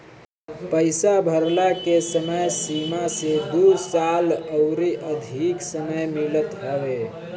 पईसा भरला के समय सीमा से दू साल अउरी अधिका समय मिलत हवे